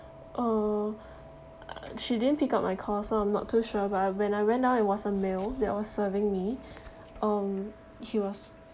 uh she didn't pick up my call so I'm not too sure but I when I went down it was a male that was serving me um he was